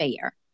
fair